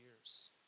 years